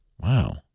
Wow